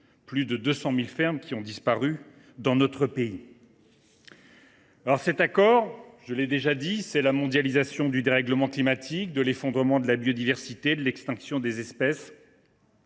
plus de 200 000 fermes ont aussi disparu dans notre pays. Cet accord, c’est la mondialisation du dérèglement climatique, de l’effondrement de la biodiversité et de l’extinction des espèces